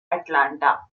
atlanta